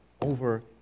over